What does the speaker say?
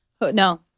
No